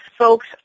folks